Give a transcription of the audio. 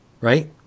Right